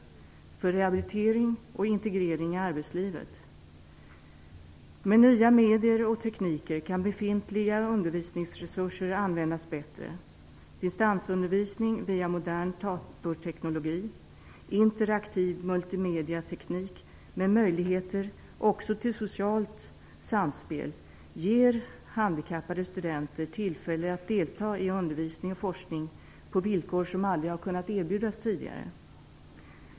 Den kan bidra till rehabilitering och integrering i arbetslivet. Med nya medier och tekniker kan befintliga undervisningsresurser användas bättre. Distansundervisning via modern datorteknik och interaktiv multimediateknik med möjligheter också till socialt samspel ger handikappade studenter tillfälle att delta i undervisning och forskning på villkor som aldrig har kunnat erbjudas tidigare.